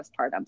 postpartum